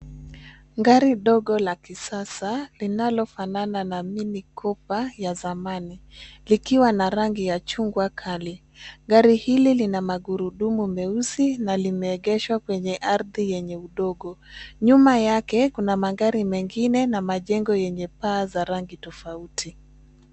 Gari ndogo la kisasa linalofanana na minikopa ya zamani, likiwa rangi ya chungwa Kali. Gari hili Lina magurudumu meusi na limeegeshwa kwenye ardhi yenye udogo. Nyuma yake Kuna magari mengine na majengo yenye paa za rangi tofauti